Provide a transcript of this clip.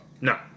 No